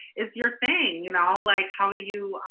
is your thing, you know, like, how do you